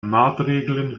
maatregelen